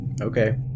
Okay